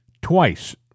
Twice